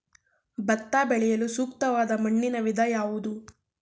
ಭತ್ತ ಬೆಳೆಯಲು ಸೂಕ್ತವಾದ ಮಣ್ಣಿನ ವಿಧ ಯಾವುದು?